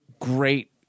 Great